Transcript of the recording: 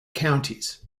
counties